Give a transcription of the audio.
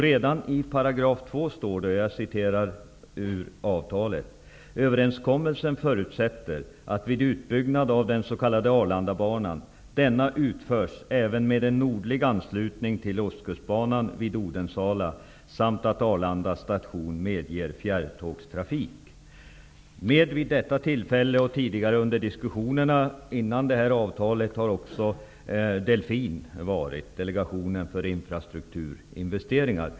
Redan i 2 § i avtalet står det: Överenskommelsen förutsätter att vid utbyggnad av den s.k. Med vid detta tillfälle och vid diskussionerna innan avtalet slöts har också DELFIN varit, dvs. delegationen för infrastrukturinvesteringar.